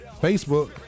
Facebook